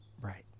Right